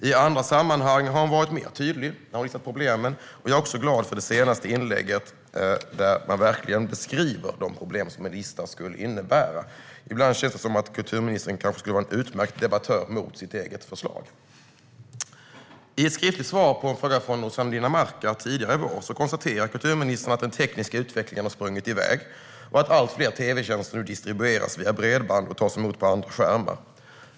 I andra sammanhang har hon varit mer tydlig kring problemen, och jag är också glad över det senaste inlägget där hon verkligen beskriver de problem som en lista skulle innebära. Ibland känns det som om kulturministern skulle vara en utmärkt debattör mot sitt eget förslag. I ett skriftligt svar på en fråga från Rossana Dinamarca tidigare i vår konstaterar kulturministern att den tekniska utvecklingen har sprungit iväg och att allt fler tv-tjänster distribueras via bredband och tas emot på andra skärmar.